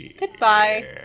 Goodbye